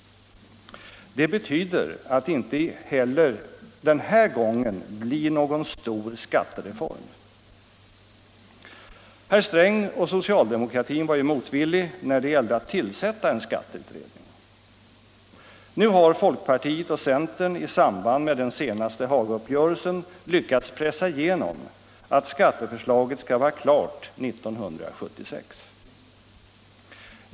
Det betyder att det inte blir någon stor skattereform den här gången heller. Herr Sträng och socialdemokratin var motvilliga när det gällde att tilisätta en skatteutredning. Nu har folkpartiet och centern i samband med den senaste Hagauppgörelsen lyckats pressa igenom att skatteförslaget skall vara klart 1976.